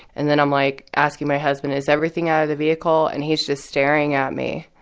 and then i'm, like, asking my husband, is everything out of the vehicle? and he's just staring at me.